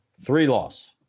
Three-loss